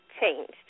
changed